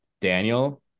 Daniel